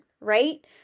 right